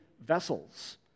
vessels